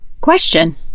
Question